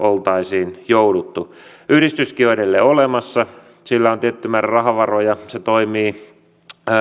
oltaisiin jouduttu yhdistyskin on edelleen olemassa sillä on tietty määrä rahavaroja se toimii